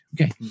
Okay